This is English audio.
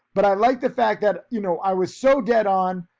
but i like the fact that you know, i was so dead on.